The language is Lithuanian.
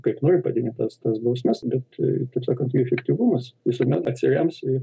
kaip nori padidint tas tas bausmes bet kaip sakant jų fiktyvumas visuomet atsirems į